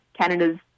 Canada's